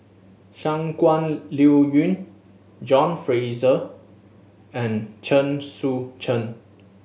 Shangguan Liuyun John Fraser and Chen Sucheng